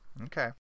Okay